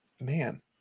man